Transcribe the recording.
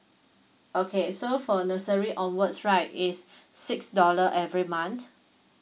okay so for nursery onwards right is six dollar every month